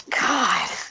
God